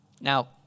Now